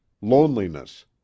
loneliness